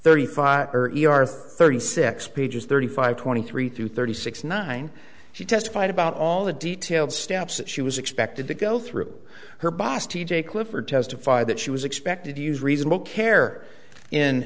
or thirty six pages thirty five twenty three through thirty six nine she testified about all the details steps that she was expected to go through her boss t j clifford testified that she was expected to use reasonable care in